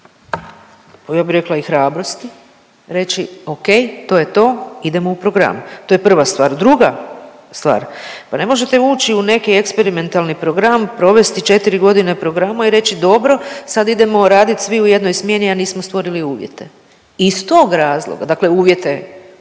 rekla i hrabrosti reći ok to je to idemo u program. To je prva stvar. Druga stvar, pa ne možete ući u neki eksperimentalni program, provesti 4 godine programa i reći dobro sada idemo radit svi u jednoj smjeni, a nismo stvorili uvjete. I iz tog razloga, dakle uvjete,